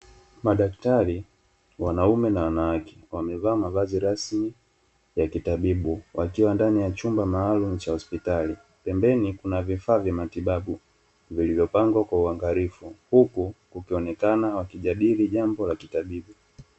Madaktari wanaume na wanawake, wamevaa mavazi rasmi ya kitabibu, wakiwa ndani ya chumba maalumu cha hospitali, pembeni kuna vifaa vya matibabu vilivyopangwa kwa uangalifu, huku wakionekana wakijadili jambo la kitabibu.